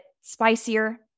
spicier